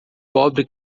pobre